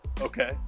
okay